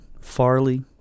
Farley